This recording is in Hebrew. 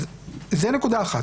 אז זו נקודה אחת.